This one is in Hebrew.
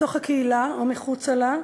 בתוך הקהילה או מחוצה לה,